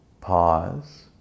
pause